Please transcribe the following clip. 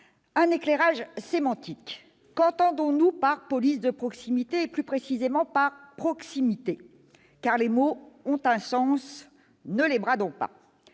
un éclairage sémantique. Qu'entendons-nous par « police de proximité » et, plus précisément, par « proximité »? Les mots ont un sens : ne les bradons pas.